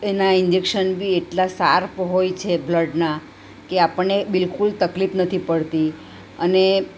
એના ઈંજેક્શન બી એટલા શાર્પ હોય છે બ્લડના કે આપણને બિલ્કુલ તકલીફ નથી પડતી અને